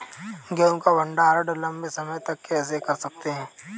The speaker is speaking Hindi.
गेहूँ का भण्डारण लंबे समय तक कैसे कर सकते हैं?